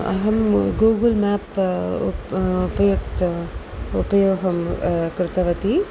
अहं Google map app उपयुक्त उपयोगं कृतवती